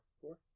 Four